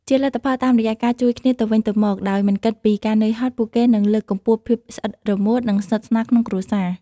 ជាលទ្ធផល តាមរយៈការជួយគ្នាទៅវិញទៅមកដោយមិនគិតពីការនឿយហត់ ពួកគេនឹង លើកកម្ពស់ភាពស្អិតរមួត និងស្និតស្នាលក្នុងគ្រួសារ។